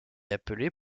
appelé